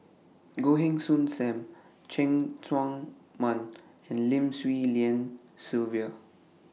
Goh Heng Soon SAM Cheng Tsang Man and Lim Swee Lian Sylvia